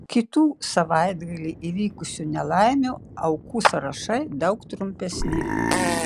kitų savaitgalį įvykusių nelaimių aukų sąrašai daug trumpesni